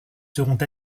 seront